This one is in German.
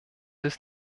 ist